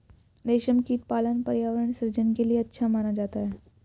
रेशमकीट पालन पर्यावरण सृजन के लिए अच्छा माना जाता है